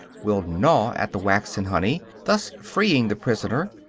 will gnaw at the wax and honey, thus freeing the prisoner,